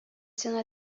сиңа